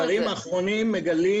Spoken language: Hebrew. המחקרים האחרונים מגלים